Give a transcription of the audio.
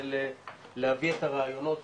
להביא את הרעיונות